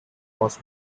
was